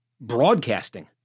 broadcasting